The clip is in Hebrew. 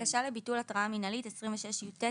26יטבקשה לביטול התראה מינהלית נמסרה